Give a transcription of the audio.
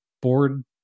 Board